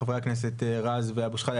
חבר הכנסת רז ואבו שחאדה,